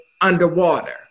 underwater